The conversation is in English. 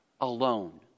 alone